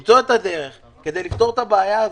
למצוא את הדרך כדי לפתור את הבעיה הזאת.